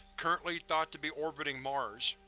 currently thought to be orbiting mars.